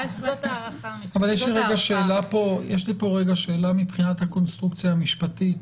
אבל יש לי פה רגע שאלה מבחינת הקונסטרוקציה המשפטית,